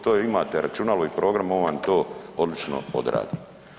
To je imate računalo i program, on vam to odlično odradi.